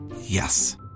Yes